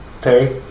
Terry